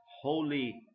holy